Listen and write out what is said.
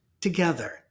together